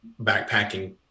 backpacking